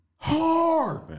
Hard